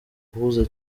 uhuze